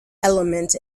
element